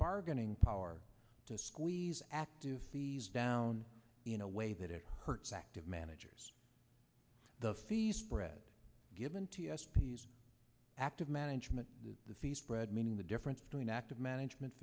bargaining power to squeeze active fees down in a way that it hurts active managers the fees spread given t s p's active management fees spread meaning the difference between active management